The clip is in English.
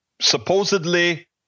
supposedly